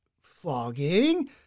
flogging